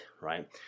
right